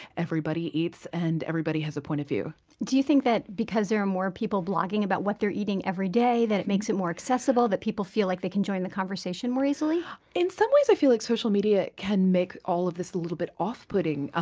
everybody eats and everybody has a point of view do you think that because there are more people blogging about what they're eating every day that it makes it more accessible, that people feel like they can join the conversation more easily? in some ways i feel like social media can make all of this a little bit off-putting. ah